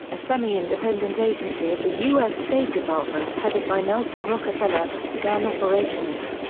a semi-independent agency of the u s. state department headed by nelson rockefeller, began operations.